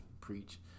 preach